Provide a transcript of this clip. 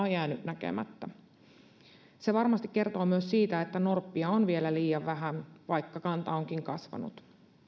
on jäänyt näkemättä se varmasti kertoo myös siitä että norppia on vielä liian vähän vaikka kanta onkin kasvanut